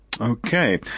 Okay